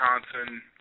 Wisconsin